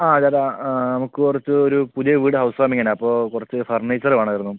ആ ചേട്ടാ ആ നമുക്ക് കുറച്ച് ഒരു പുതിയ വീട് ഹൗസ് വാമിംഗിനാണ് അപ്പോൾ കുറച്ച് ഫർണിച്ചറ് വേണായിരുന്നു